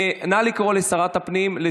נא לקרוא לשרת הפנים כדי